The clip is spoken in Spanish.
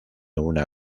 una